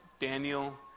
Daniel